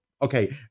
Okay